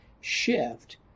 shift